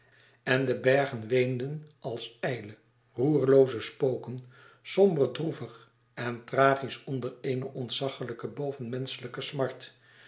en de bergen weenden als ijle roerlooze spoken somber droevig en tragisch onder eene ontzachelijke bovenmenschelijke smart